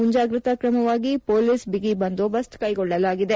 ಮುಂಜಾಗ್ರತಾ ಕ್ರಮವಾಗಿ ಪೋಲಿಸ್ ಬಿಗಿ ಬಂದೋಬಸ್ತ್ ಕೈಗೊಳ್ಳಲಾಗಿದೆ